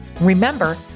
Remember